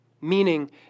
Meaning